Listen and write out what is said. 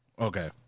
Okay